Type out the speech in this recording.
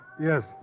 Yes